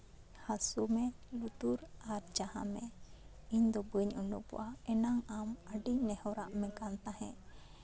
ᱦᱟ ᱥᱩᱢᱮ ᱞᱩᱛᱩᱨ ᱟᱨ ᱡᱟᱦᱟᱸ ᱢᱮ ᱤᱧ ᱫᱚ ᱵᱟᱹᱧ ᱩᱰᱩᱠᱚᱜᱼᱟ ᱮᱱᱟᱝ ᱟᱢ ᱟᱹᱰᱤᱧ ᱱᱮᱦᱚᱨ ᱨᱟᱜ ᱢᱮ ᱛᱟᱦᱮᱸᱜ